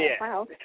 Wow